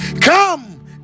come